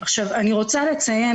רוצה לציין,